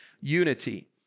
unity